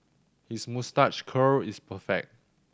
his moustache curl is perfect